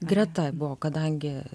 greta buvo kadangi